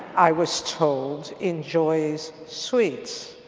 i was told enjoys sweets.